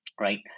right